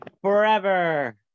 Forever